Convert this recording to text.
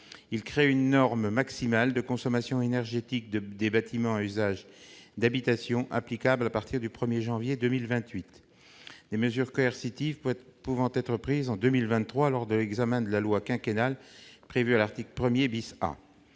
Il crée une norme maximale de consommation énergétique des bâtiments à usage d'habitation applicable à partir du 1 janvier 2028, des mesures coercitives être pouvant être prise en 2023 lors de l'examen de la loi quinquennale prévue à l'article 1 A.